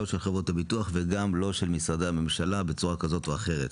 לא של חברות הביטוח וגם לא של משרדי הממשלה בצורה זו או אחרת.